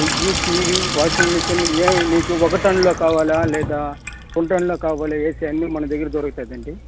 fridge TV washing machine ఏమి మీకు ఒక టన్లో కావాలా లేదా రెండు టన్లో కావాలా ఏసి అన్నీ మన దగ్గర దొరుకుతుంది అండి